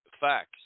facts